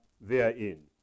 therein